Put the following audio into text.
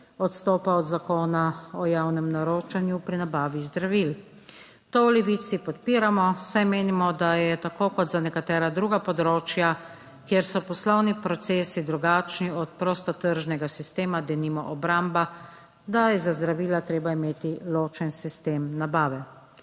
odstopa od Zakona o javnem naročanju pri nabavi zdravil. To v Levici podpiramo, saj menimo, da je tako kot za nekatera druga področja, kjer so poslovni procesi drugačni od prostotržnega sistema, denimo obramba, da je za zdravila treba imeti ločen sistem nabave.